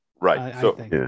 Right